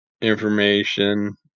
information